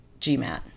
GMAT